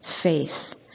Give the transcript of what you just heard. faith